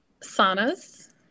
Saunas